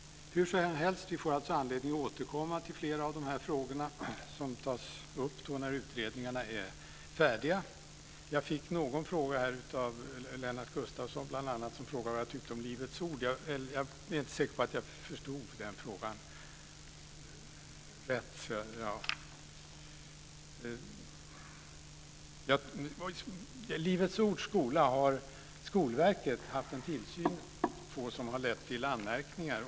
Hur som helst får vi anledning att återkomma till flera av dessa frågor som tas upp när utredningarna är färdiga. Jag fick en fråga från bl.a. Lennart Gustavsson. Han frågade vad jag tyckte om Livets Ord. Jag är inte säker på att jag förstod den frågan rätt. Skolverket har haft en tillsyn över Livets Ords skola som har lett till anmärkningar.